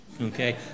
okay